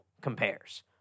compares